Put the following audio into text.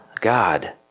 God